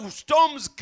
storms